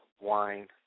wine